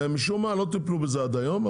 משום מה לא טיפלו בזה עד היום,